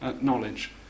knowledge